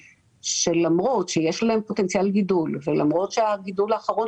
שלמרות שיש להם פוטנציאל גידול ולמרות שהגידול האחרון